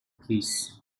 peace